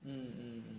mm